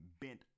bent